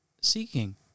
seeking